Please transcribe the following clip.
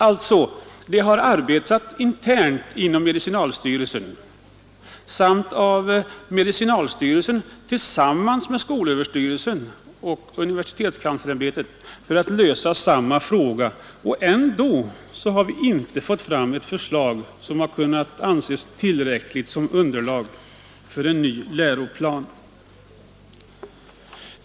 Arbetet för att lösa denna fråga har alltså bedrivits dels internt inom medicinalstyrelsen, dels av medicinalstyrelsen tillsammans med skolöverstyrelsen och universitetskanslersämbetet, och ändå har man inte fått fram något förslag som ansetts tillräckligt som underlag för en ny läroplan.